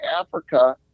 Africa